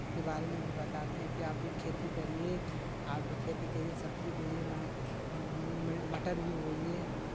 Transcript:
के बारे में भी बताते हैं कि आप भी खेती करिये आप भी खेती करिये सब्जी बोइये मटर भी बोइये